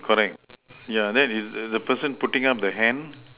correct yeah that is the person putting up the hand